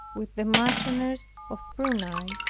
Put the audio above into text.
with the marchioness of prunai.